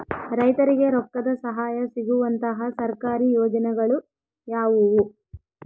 ರೈತರಿಗೆ ರೊಕ್ಕದ ಸಹಾಯ ಸಿಗುವಂತಹ ಸರ್ಕಾರಿ ಯೋಜನೆಗಳು ಯಾವುವು?